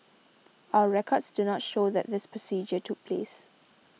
our records do not show that this procedure took place